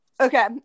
Okay